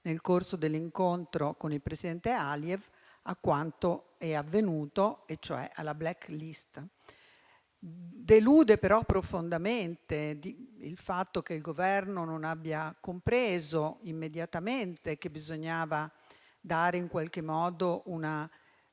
nel corso dell'incontro con il presidente Aliyev, a quanto avvenuto e, cioè, alla *black list*. Delude però profondamente il fatto che il Governo non abbia compreso immediatamente che bisognava dare in qualche modo